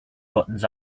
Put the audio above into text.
buttons